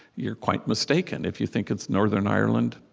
you're quite mistaken. if you think it's northern ireland,